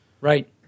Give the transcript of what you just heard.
Right